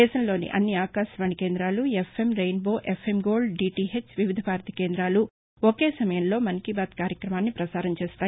దేశంలోని అన్ని ఆకాశవాణి కేంద్రాలతోపాటు FM rainbow FM gold DTH Vividh Bharati కేందాలు ఒకే సమయంలో మన్ కీ బాత్ కార్యక్రమాన్ని పసారం చేస్తాయి